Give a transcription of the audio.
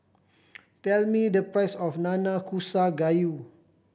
tell me the price of Nanakusa Gayu